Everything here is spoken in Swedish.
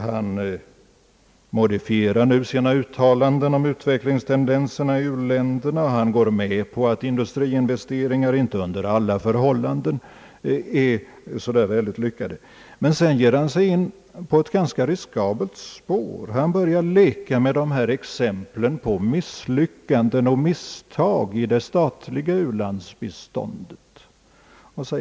Han modifierar nu sina uttalanden om utvecklingstendenserna i u-länderna och går med på att industriinvesteringar inte under alla förhållanden är så synner ligen lyckade. Därefter slår han emellertid in på ett ganska riskabelt spår. Han börjar nämligen leka med exemplen på misslyckanden och misstag i den statliga u-landsbiståndsverksamheten.